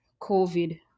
COVID